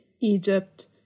Egypt